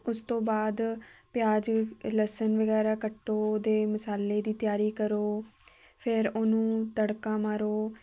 ਉਸ ਤੋਂ ਬਾਅਦ ਪਿਆਜ਼ ਲਸਣ ਵਗੈਰਾ ਕੱਟੋ ਉਹਦੇ ਮਸਾਲੇ ਦੀ ਤਿਆਰੀ ਕਰੋ ਫਿਰ ਉਹਨੂੰ ਤੜਕਾ ਮਾਰੋ